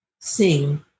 sing